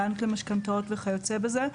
בנק למשכנתאות וכיוצא בזה,